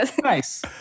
Nice